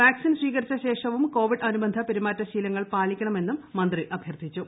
vaccine സ്വീകരിച്ച ശേഷവും covid അനുബന്ധ പെരുമാറ്റ ശീലങ്ങൾ പാലിക്കണമെന്നും മന്ത്രി അഭ്യർത്ഥിച്ചു